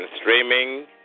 Streaming